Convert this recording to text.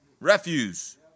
refuse